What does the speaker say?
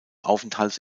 aufenthalts